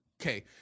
Okay